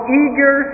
eager